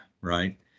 right